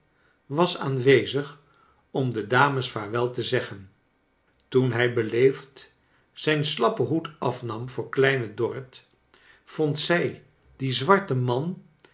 was aanwezig om de dames vaarwel te zeggen toen hij beleefd zijn slappen hoed afnam voor kleine dorrit vond zij dien zwarten man